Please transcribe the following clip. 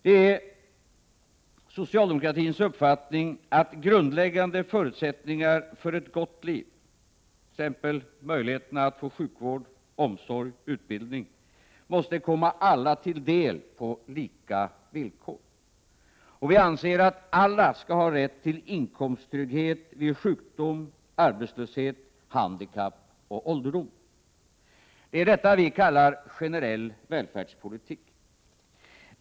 Det är socialdemokratins uppfattning att grundläggande förutsättningar för ett gott liv, t.ex. möjligheten att få sjukvård, omsorg och utbildning, måste komma alla till del på lika villkor. Vi anser att alla skall ha rätt till inkomsttrygghet vid sjukdom, arbetslöshet, handikapp och när de blir gamla, Det är detta vi kallar generell välfärdspolitik.